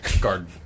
Guard